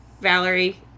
Valerie